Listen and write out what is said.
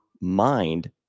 mind